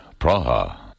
Praha